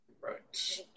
Right